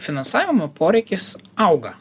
finansavimo poreikis auga